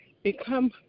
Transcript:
become